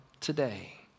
today